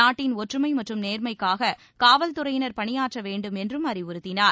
நாட்டின் ஒற்றுமை மற்றும் நேர்மைக்கூக காவல்துறையினர் பணியாற்ற வேண்டும் என்று அறிவுறுத்தினார்